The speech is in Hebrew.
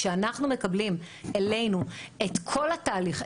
כשאנחנו מקבלים אלינו את כל התהליך,